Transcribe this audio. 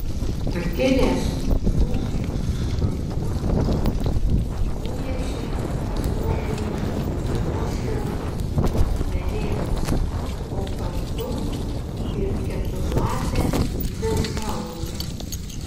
pakilęs krūčiaus vanduo nunešė pasroviui nuošliaužos velėnas o kartu ir keturlapę vilkauogę